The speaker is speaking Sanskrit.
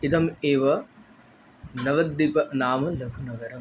इदम् एव नवद्वीपनामन नगरम्